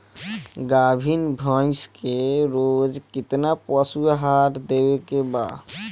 गाभीन भैंस के रोज कितना पशु आहार देवे के बा?